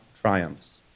triumphs